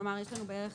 כלומר, יש לנו בערך